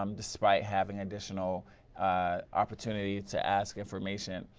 um despite having additional opportunities to ask information,